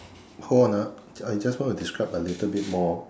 hold on ah I I just wanna describe a little bit more